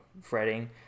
fretting